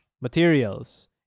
materials